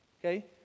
okay